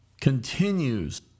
continues